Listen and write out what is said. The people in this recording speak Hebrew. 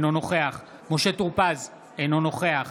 אינו נוכח משה טור פז, אינו נוכח